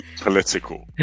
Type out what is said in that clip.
political